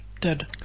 dead